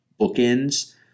bookends